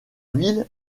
ville